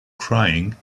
crying